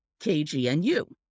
KGNU